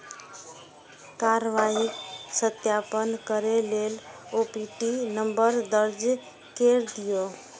कार्रवाईक सत्यापन करै लेल ओ.टी.पी नंबर दर्ज कैर दियौ